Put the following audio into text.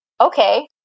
Okay